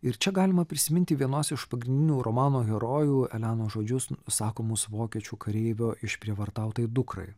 ir čia galima prisiminti vienos iš pagrindinių romano herojų elenos žodžius sakomus vokiečių kareivio išprievartautai dukrai